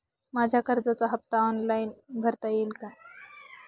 माझ्या कर्जाचा हफ्ता मला ऑनलाईन भरता येईल का?